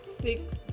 six